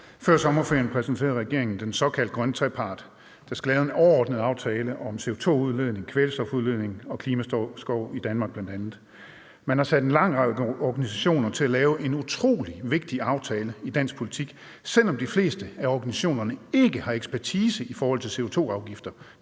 Før sommerferien præsenterede regeringen den såkaldte grønne trepart, der skal lave en overordnet aftale om CO2-udledning, kvælstofudledning og klimaskov i Danmark bl.a. Man har sat en lang række organisationer til at lave en utrolig vigtig aftale i dansk politik, selv om de fleste af organisationerne ikke har ekspertise i forhold til CO2-afgifter,